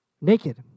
Naked